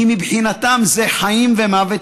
כי מבחינתם זה חיים ומוות,